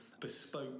bespoke